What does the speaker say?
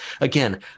again